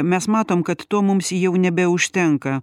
mes matom kad to mums jau nebeužtenka